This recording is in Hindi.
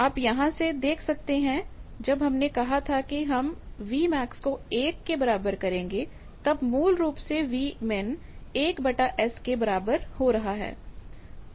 आप यहां से देख सकते हैं कि जब हमने कहा था कि हम Vmax को 1 करेंगे तब मूल रूप से Vmin 1S के बराबर हो रहा है